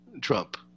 Trump